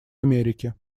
америки